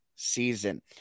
Season